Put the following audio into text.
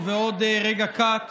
ובעוד רגע קט